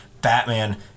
Batman